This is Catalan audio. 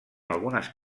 algunes